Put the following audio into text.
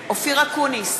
אופיר אקוניס,